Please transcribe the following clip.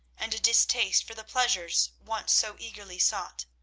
and a distaste for the pleasures once so eagerly sought.